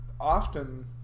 often